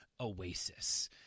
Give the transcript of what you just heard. Oasis